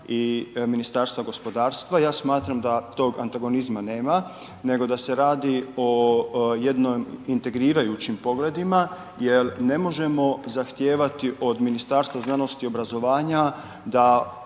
i Ministarstva gospodarstva. Ja smatram da tog antagonizma nema nego da se radi o jednim integrirajućim pogledima jel ne možemo zahtijevati od Ministarstva znanosti i obrazovanja da